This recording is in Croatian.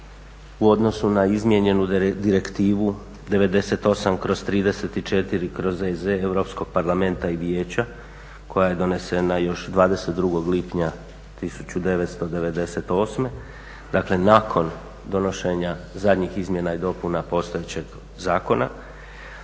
u odnosu na izmijenjenu Direktivu 98/34/EZ Europskog parlamenta i Vijeća koja je donesena još 22. lipnja 1998., dakle nakon donošenja zadnjih izmjena i dopuna postojećeg zakona,